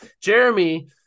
Jeremy